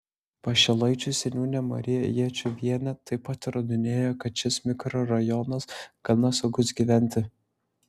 pašilaičių seniūnė marija jėčiuvienė taip pat įrodinėjo kad šis mikrorajonas gana saugus gyventi